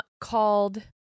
called